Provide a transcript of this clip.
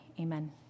Amen